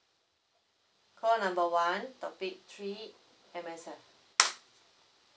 call one topic three M_S_F